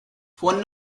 phone